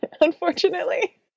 unfortunately